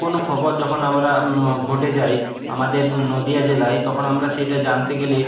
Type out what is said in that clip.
কোনো খবর যখন আমরা ঘটে যাই আমাদের নদীয়া জেলায় তখন আমরা সেটা জানতে গেলে